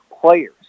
players